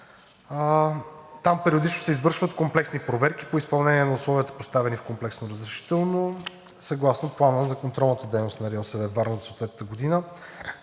Там периодично се извършват комплексни проверки по изпълнение на условията, поставени в комплексното разрешително съгласно Плана за контролната дейност на РИОСВ – Варна, за съответната година.